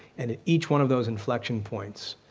and at each one of those inflection points,